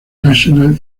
national